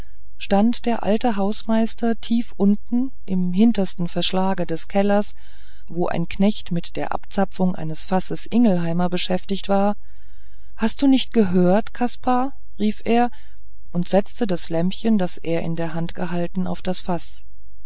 stand der alte hausmeister tief unten im hintersten verschlage des kellers wo ein knecht mit der abzapfung eines fasses ingelheimer beschäftigt war hast du nichts gehört kaspar rief er und setzte das lämpchen das er in der hand gehalten auf das faß